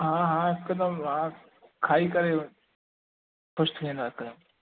हा हा हिकदमि हा खाई करे ख़ुशि थी वेंदा हिकदमि